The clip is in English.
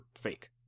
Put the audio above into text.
fake